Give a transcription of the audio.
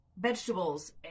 vegetables